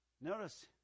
Notice